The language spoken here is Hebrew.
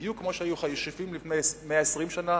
בדיוק כמו שהיו חשובים לפני 120 שנה